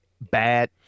bad